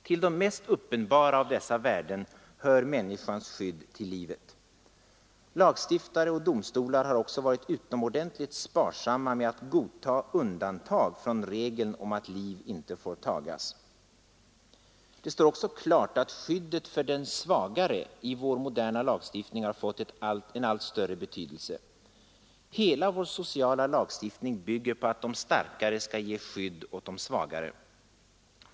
Till de mest uppenbara av dessa värden hör människans skydd till livet. Lagstiftare och domstolar har också varit utomordentligt sparsamma att godtaga undantag från regeln om att liv ej får tagas. Det står också klart att skyddet för den svagare i vår moderna lagstiftning fått allt större betydelse. Hela vår sociala lagstiftning bygger på att de starkare skall ge skydd åt de svagare.